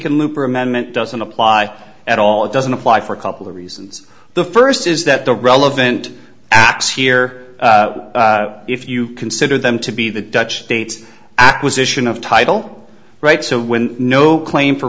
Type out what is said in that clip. nlooper amendment doesn't apply at all it doesn't apply for a couple of reasons the first is that the relevant acts here if you consider them to be the dutch state's acquisition of title right so when no claim for